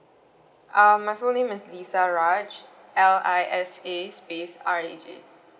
um my full name is lisa raj L I S A space R A J